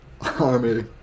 army